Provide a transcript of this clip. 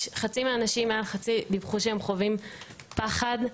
חצי מהאנשים דיווחו שהם חווים פחד.